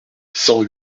cent